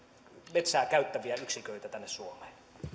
metsää käyttäviä yksiköitä tänne suomeen